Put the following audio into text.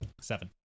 seven